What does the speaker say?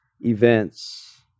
events